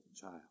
child